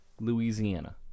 Louisiana